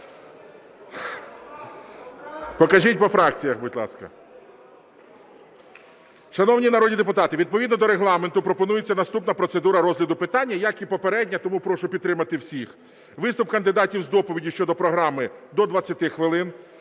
Покажіть по фракціях, будь ласка. Шановні народні депутати, відповідно до Регламенту пропонується наступна процедура розгляду питання як і попередня, тому прошу підтримати всіх. Виступ кандидатів з доповіддю щодо програми – до 20 хвилин,